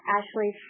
Ashley